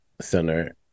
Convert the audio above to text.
Center